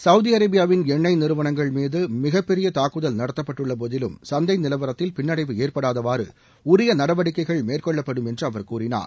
Saudi அரேபியாவின் எண்ணெய் தாக்குதல் நடத்தப்பட்டுள்ளபோதிலும் சந்தை நிலவரத்தில் பின்னடைவு ஏற்படாதவாறு உரிய நடவடிக்கைகள் மேற்கொள்ளப்படும் என்று அவர் கூறினார்